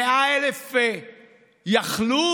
100,000 יחלו.